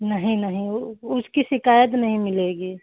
नहीं नहीं उसकी शिकायत नहीं मिलेगी